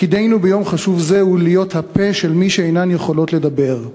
תפקידנו ביום חשוב זה הוא להיות הפה של מי שאינן יכולות לדבר.